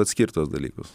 atskirt tuos dalykus